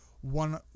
one